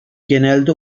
genelde